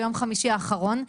ביום חמישי האחרון.